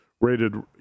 rated